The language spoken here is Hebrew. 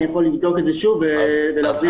אבדוק את זה שוב, ואעביר